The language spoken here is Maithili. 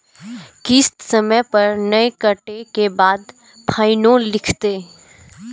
किस्त समय पर नय कटै के बाद फाइनो लिखते?